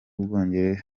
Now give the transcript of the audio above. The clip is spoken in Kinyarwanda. bwongereza